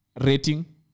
rating